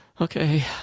Okay